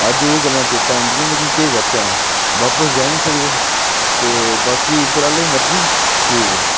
अज्ज ओह् गल्लां चेता औंदियां लेकिन केह् करचै हून बापस जाई निं सकदे ते बाकी उप्परा आह्ले दी मर्जी ठीक ऐ